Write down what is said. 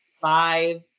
five